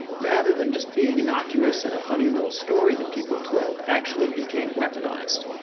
rather than just being innocuous and a funny little story that people told, actually became weaponized,